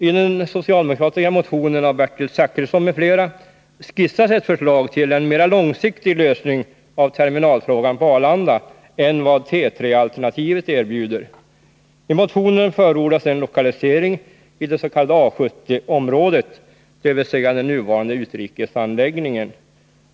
I den socialdemokratiska motionen av Bertil Zachrisson m.fl. skissas ett förslag till en mera långsiktig lösning av terminalfrågan på Arlanda än vad T3-alternativet erbjuder. I motionen förordas en lokalisering till det s.k. A70-området, dvs. den nuvarande utrikesanläggningen.